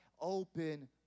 open